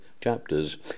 chapters